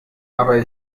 aber